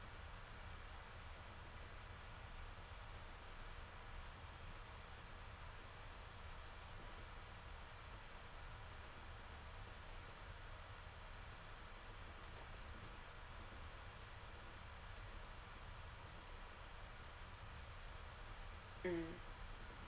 mm